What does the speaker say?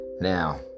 now